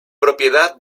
propiedad